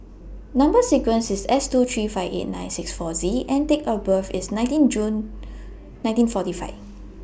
Number sequence IS S two three five eight nine six four Z and Date of birth IS nineteen June nineteen forty five